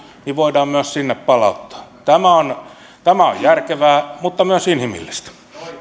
niin voidaan myös sinne palauttaa tämä on tämä on järkevää mutta myös inhimillistä